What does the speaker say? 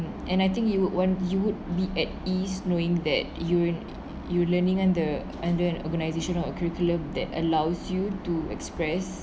and I think it would when you would be at ease knowing that you in your learning and the under an organiaation or curriculum that allows you to express